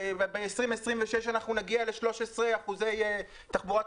ב-2026 נגיע ל-13% תחבורה.